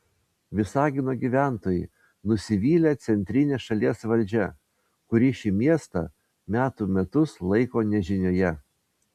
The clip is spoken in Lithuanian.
visagino gyventojai nusivylę centrine šalies valdžia kuri šį miestą metų metus laiko nežinioje